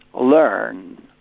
learn